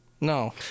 No